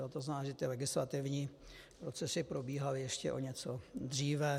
To znamená, že legislativní procesy probíhaly ještě o něco dříve.